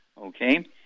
okay